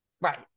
Right